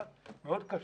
זה מאוד קשה.